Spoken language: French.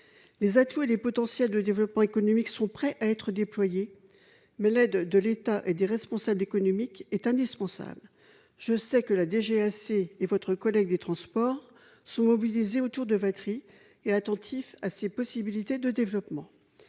Les atouts et les potentiels de développement économique sont prêts à être déployés, mais l'aide de l'État et des responsables économiques est indispensable ! Je sais que la direction générale de l'aviation civile (DGAC) et votre collègue des transports sont mobilisés autour de Vatry et attentifs à ses possibilités de développement.